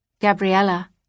Gabriella